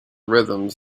rhythms